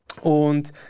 Und